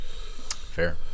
Fair